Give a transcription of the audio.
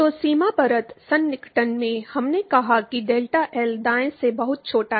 तो सीमा परत सन्निकटन में हमने कहा कि डेल्टा L दाएँ से बहुत छोटा है